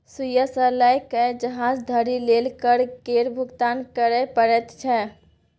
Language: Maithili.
सुइया सँ लए कए जहाज धरि लेल कर केर भुगतान करय परैत छै